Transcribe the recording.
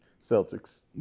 celtics